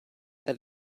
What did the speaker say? that